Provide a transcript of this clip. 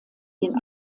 den